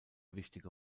wichtige